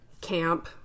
camp